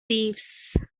thieves